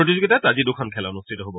প্ৰতিযোগিতাত আজি দুখন খেল অনুষ্ঠিত হব